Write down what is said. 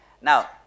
Now